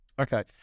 Okay